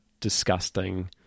disgusting